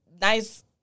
nice